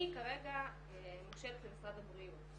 אני כרגע מושאלת למשרד הבריאות.